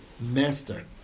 Master